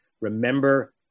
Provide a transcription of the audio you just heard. Remember